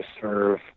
serve